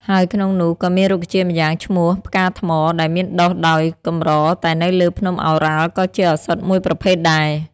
ហើយក្នុងនោះ ក៏មានរុក្ខជាតិម្យ៉ាងឈ្មោះផ្កាថ្ម ដែលមានដុះដោយកម្រតែនៅលើភ្នំឱរ៉ាល់ក៏ជាឱសថ ១ ប្រភេទដែរ។